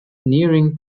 nearing